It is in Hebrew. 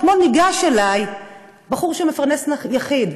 אתמול ניגש אלי בחור שהוא מפרנס יחיד.